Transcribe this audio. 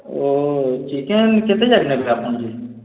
ଓ chicken କେତେ ଯାଇଥାନ୍ତା କି ଆପଣଙ୍କର କି